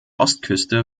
ostküste